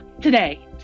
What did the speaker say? today